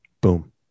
Boom